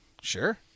Sure